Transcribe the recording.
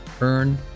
Earn